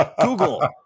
Google